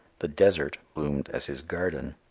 the desert blossomed as his garden.